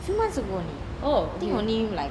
few months ago only I think only like